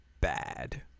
bad